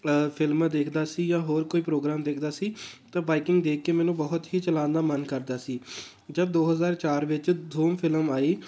ਫਿਲਮਾਂ ਦੇਖਦਾ ਸੀ ਜਾਂ ਹੋਰ ਕੋਈ ਪ੍ਰੋਗਰਾਮ ਦੇਖਦਾ ਸੀ ਤਾਂ ਬਾਈਕਿੰਗ ਦੇਖ ਕੇ ਮੈਨੂੰ ਬਹੁਤ ਹੀ ਚਲਾਉਣ ਦਾ ਮਨ ਕਰਦਾ ਸੀ ਜਦ ਦੋ ਹਜ਼ਾਰ ਚਾਰ ਵਿੱਚ ਧੂਮ ਫਿਲਮ ਆਈ